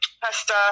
pasta